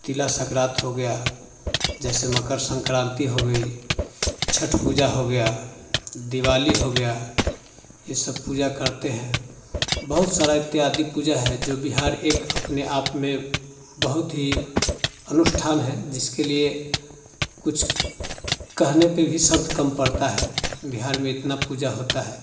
तीला सक्रात हो गया जैसे मकर संक्रांति हो गई छठ पूजा हो गया दिवाली हो गया ये सब पूजा करते हैं बहुत सारा इत्यादि पूजा है जो बिहार एक अपने आप में बहुत ही अनुष्ठान हैं जिसके लिए कुछ कहने पे भी शब्द कम पड़ता है बिहार में इतना पूजा होता है